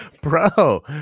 Bro